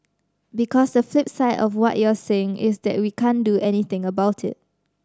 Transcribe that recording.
because the flip side of what you're saying is that we can't do anything about it